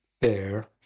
Fair